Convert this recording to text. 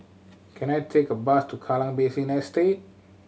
can I take a bus to Kallang Basin Estate